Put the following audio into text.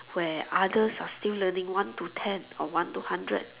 where others are still learning one to ten or one to hundred